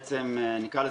אבל אנחנו נסכים שזה